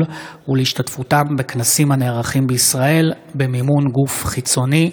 והשתתפותם בכנסים הנערכים בישראל במימון גוף חיצוני.